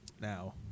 Now